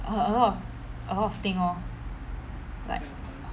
uh a lot of a lot of thing lor like